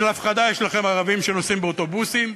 בשביל הפחדה יש לכם ערבים שנוסעים באוטובוסים,